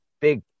big